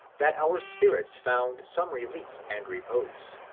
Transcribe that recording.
that our spirits found some relief and repose.